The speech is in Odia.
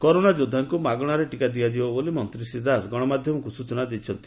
କରୋନା ଯୋଦ୍ଧାଙ୍କ ମାଗଣାରେ ଟୀକା ଦିଆଯିବ ବୋଲି ମନ୍ତୀ ଶ୍ରୀ ଦାସ ଗଣମାଧ୍ଧମକୁ ସୂଚନା ଦେଇଛନ୍ତି